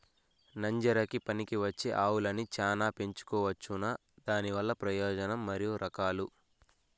నంజరకి పనికివచ్చే ఆవులని చానా పెంచుకోవచ్చునా? దానివల్ల ప్రయోజనం మరియు రకాలు?